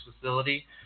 facility